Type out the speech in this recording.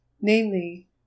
namely